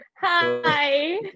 Hi